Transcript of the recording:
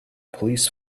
police